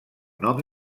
nom